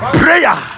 prayer